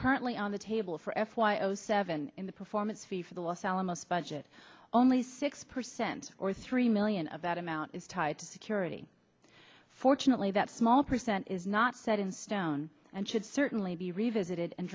currently on the table for f y o seven in the performance fee for the los alamos budget only six percent or three million of that amount is tied to security fortunately that small percent is not set in stone and should certainly be revisited and